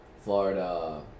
Florida